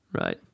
Right